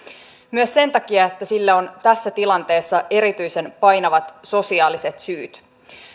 myös sen takia että sille on tässä tilanteessa erityisen painavat sosiaaliset syyt